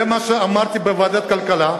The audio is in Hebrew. זה מה שאמרתי בוועדת הכלכלה.